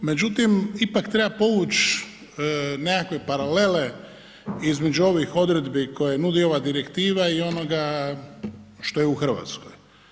Međutim, ipak treba povuć nekakve paralele između ovih odredbi koje nudi ova direktiva i onoga što je u Hrvatskoj.